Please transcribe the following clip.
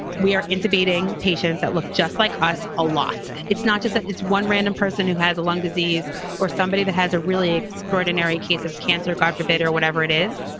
we are intubating patients that look just like us a lot. it's not just that it's one random person who has a lung disease or somebody that has a really extraordinary case of cancer or god forbid or whatever it is.